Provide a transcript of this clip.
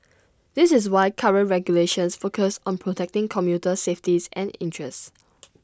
this is why current regulations focus on protecting commuter safeties and interests